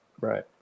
right